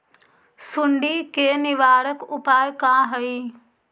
सुंडी के निवारक उपाय का हई?